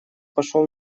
пошёл